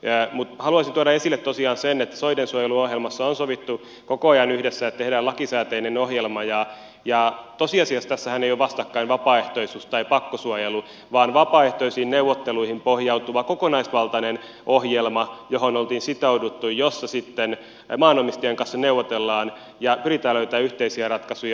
mutta haluaisin tuoda esille tosiaan sen että soidensuojeluohjelmassa on sovittu koko ajan yhdessä että tehdään lakisääteinen ohjelma ja tosiasiassa tässähän ei ole vastakkain vapaaehtoisuus tai pakkosuojelu vaan vapaaehtoisiin neuvotteluihin pohjautuva kokonaisvaltainen ohjelma johon oltiin sitouduttu jossa sitten maanomistajan kanssa neuvotellaan ja pyritään löytämään yhteisiä ratkaisuja